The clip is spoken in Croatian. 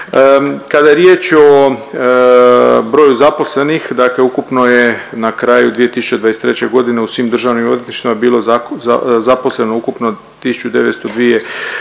Kada je riječ o broju zaposlenih, dakle ukupno je na kraju 2023.g. u svim državnim odvjetništvima bilo zaposleno ukupno 1902 osobe,